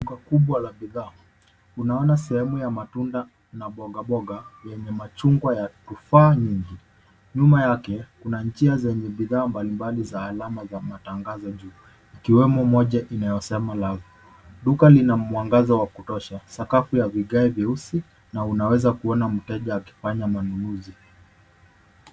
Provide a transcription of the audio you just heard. Duka kubwa la bidhaa; unaona sehemu ya matunda na mbogamboga yenye machungwa ya tufaha nyingi. Nyuma yake kuna njia zenye bidhaa mbalimbali za alama za matangazo juu, ikiwemo moja inayosema Love . Duka lina mwanagaza wa kutosha, sakafu ya vigae vyeusi na unaweza kuona mteja akifanya manunuzi.